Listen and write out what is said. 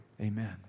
Amen